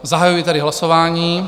Zahajuji tedy hlasování.